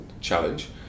challenge